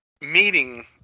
meeting